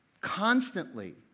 constantly